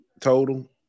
total